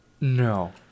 No